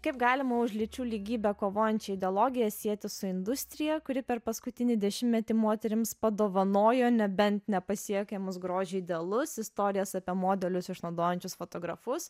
kaip galima už lyčių lygybę kovojančią ideologiją sieti su industrija kuri per paskutinį dešimtmetį moterims padovanojo nebent nepasiekiamus grožio idealus istorijas apie modelius išnaudojančius fotografus